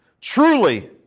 Truly